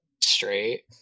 straight